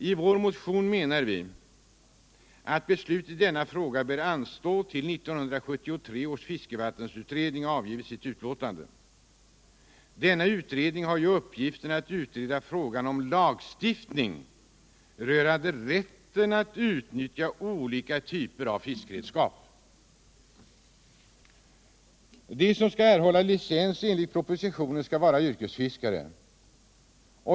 I vår motion menar vi att beslut i denna fråga bör anstå till dess 1973 års fiskevattensutredning avgivit sitt betänkande. Denna utredning har ju uppgiften att utreda frågan om lagstiftning rörande rätten att utnyttja olika typer av fiskredskap. De som skall erhålla licens enligt propositionen skall vara yrkesfiskare.